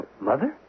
Mother